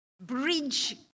bridge